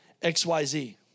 XYZ